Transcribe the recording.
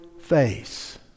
face